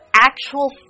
actual